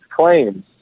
claims